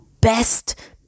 best